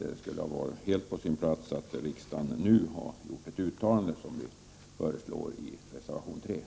Det skulle ha varit helt på sin plats att riksdagen nu hade gjort ett uttalande, som föreslås i reservation 3.